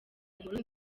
inkuru